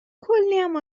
کلیم